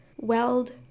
weld